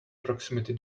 proximity